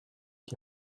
die